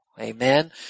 Amen